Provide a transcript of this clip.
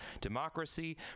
democracy